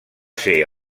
ser